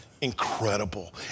incredible